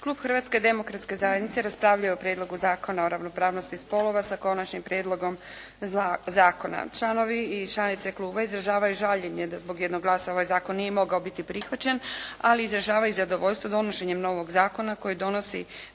Klub Hrvatske demokratske zajednice raspravljao je o Prijedlogu zakona o ravnopravnosti spolova, s Konačnim prijedlogom zakona. Članovi i članice kluba izražavaju žaljenje da zbog jednog glasa ovaj zakon nije mogao biti prihvaćen, ali izražava i zadovoljstvo donošenjem novog zakona koji donosi